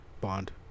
bond